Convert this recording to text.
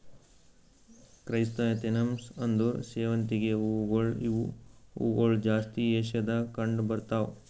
chrysanthemums ಅಂದುರ್ ಸೇವಂತಿಗೆ ಹೂವುಗೊಳ್ ಇವು ಹೂಗೊಳ್ ಜಾಸ್ತಿ ಏಷ್ಯಾದಾಗ್ ಕಂಡ್ ಬರ್ತಾವ್